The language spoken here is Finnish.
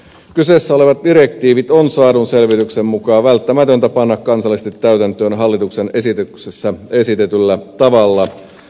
kyseessä olevat direktiivit on saadun selvityksen mukaan välttämätöntä panna kansallisesti täytäntöön hallituksen esityksessä esitetyllä tavalla